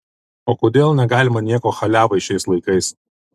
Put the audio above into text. o kodėl negalima nieko chaliavai šiais laikais